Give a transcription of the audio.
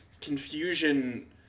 confusion